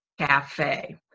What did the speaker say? cafe